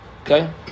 Okay